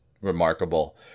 remarkable